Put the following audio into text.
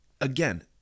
again